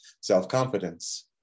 self-confidence